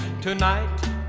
tonight